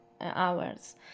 hours